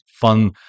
fun